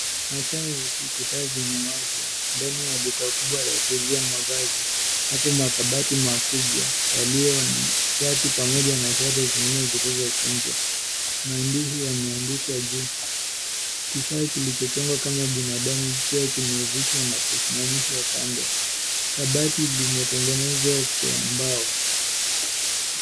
Wakati wa usiku taa zimewashwa, ndani ya duka kubwa la kuuzia mavazi. Yapo makabati makubwa yaliyo na shati pamoja na sare zingine zilizokunjwa. Maandishi yameandikwa juu. Kifaa kilichochongwa kama binadamu pia kimevishwa na kusimamishwa kando. Kabati limetengenezwa kwa mbao.